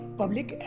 public